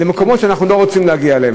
זה ויגיעו למקומות שאנחנו לא רוצים להגיע אליהם.